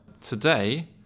today